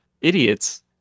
idiots